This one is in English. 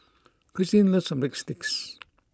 Christeen loves Breadsticks